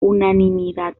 unanimidad